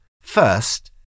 First